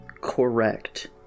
Correct